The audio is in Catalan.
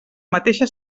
mateixa